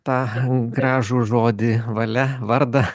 tą gražų žodį valia vardą